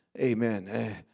amen